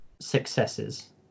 successes